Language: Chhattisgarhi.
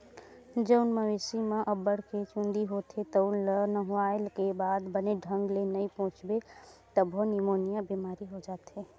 जउन मवेशी म अब्बड़ के चूंदी होथे तउन ल नहुवाए के बाद बने ढंग ले नइ पोछबे तभो निमोनिया बेमारी हो जाथे